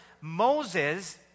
Moses